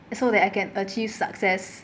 so that I can achieve success